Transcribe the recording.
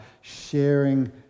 sharing